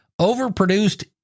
Overproduced